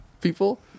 people